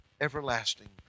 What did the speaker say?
everlasting